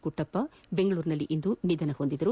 ಕುಟ್ಟಪ್ಪ ಬೆಂಗಳೂರಿನಲ್ಲಿಂದು ನಿಧನ ಹೊಂದಿದರು